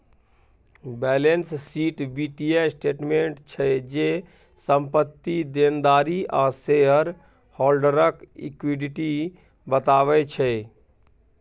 balance sheet बित्तीय statement छै जे, संपत्ति, देनदारी आ शेयर हॉल्डरक इक्विटी बताबै छै